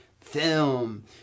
film